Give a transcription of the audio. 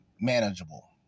manageable